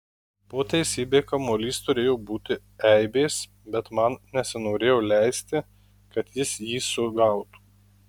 po teisybei kamuolys turėjo būti eibės bet man nesinorėjo leisti kad jis jį sugautų